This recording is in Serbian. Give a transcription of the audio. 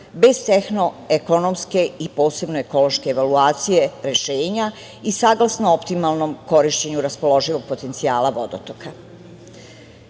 bez tehno-ekonomske i posebno ekološke evaluacije rešenja i saglasno optimalnom korišćenju raspoloživog potencijala vodotoka. Male